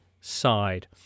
side